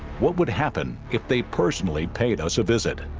what would happen if they personally paid us a visit